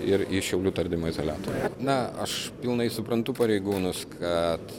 ir į šiaulių tardymo izoliatorių na aš pilnai suprantu pareigūnus kad